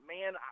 Man